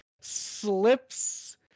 Slips